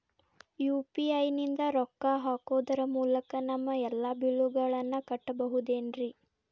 UPI ನಿಂದ ರೊಕ್ಕ ಹಾಕೋದರ ಮೂಲಕ ನಮ್ಮ ಎಲ್ಲ ಬಿಲ್ಲುಗಳನ್ನ ಕಟ್ಟಬಹುದೇನ್ರಿ?